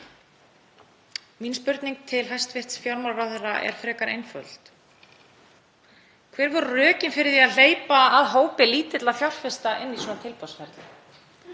Mín spurning til hæstv. fjármálaráðherra er frekar einföld: Hver voru rökin fyrir því að hleypa að hópi lítilla fjárfesta inn í svona tilboðsferli?